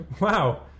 Wow